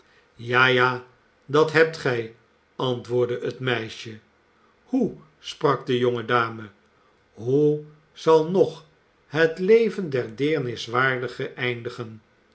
ja ja dat hebt gij antwoordde het meisje hoe sprak de jonge dame hoe zal nog het leven der deerniswaardige